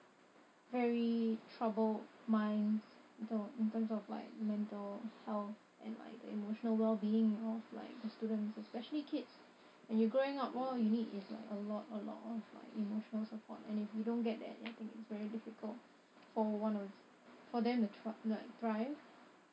very troubled minds in terms of like mental health and like the emotional wellbeing of like the students especially kids when you're growing up all you need is like a lot a lot of like emotional support and if you don't get that I think it's very difficult for one of for them to thr~ like thrive